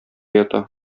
ята